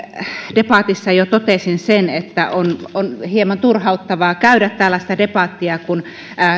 debatissa jo totesin sen että on on hieman turhauttavaa käydä tällaista debattia kun